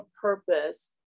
purpose